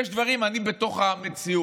יש דברים שכשאני בתוך המציאות,